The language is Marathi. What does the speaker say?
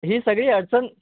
ही सगळी अडचण